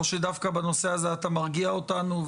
או שדווקא בנושא הזה אתה מרגיע אותנו?